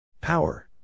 power